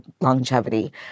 longevity